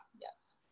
Yes